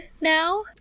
now